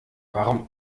warum